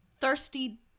thirsty